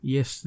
Yes